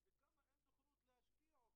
הוצאתי 20 מסמכים.